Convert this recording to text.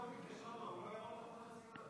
את אחוז החסימה.